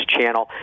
channel